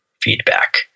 feedback